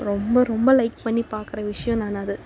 ரொம்ப ரொம்ப லைக் பண்ணி பார்க்குற விஷயம் நான் அது